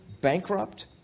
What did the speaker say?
bankrupt